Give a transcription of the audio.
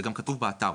זה גם כתוב באתר.